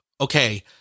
okay